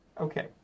Okay